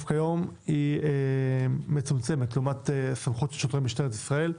כיום היא מצומצמת לעומת סמכות שוטרי משטרת ישראל.